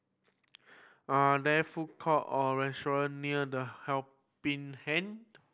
are there food court or restaurant near The Helping Hand